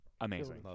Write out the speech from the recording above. amazing